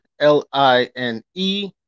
L-I-N-E